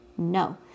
No